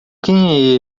quem